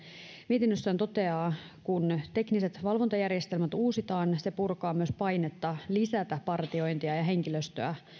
mietinnössään toteaa kun tekniset valvontajärjestelmät uusitaan se purkaa myös painetta lisätä partiointia ja henkilöstöä